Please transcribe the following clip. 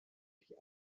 die